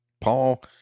Paul